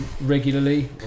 regularly